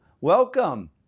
Welcome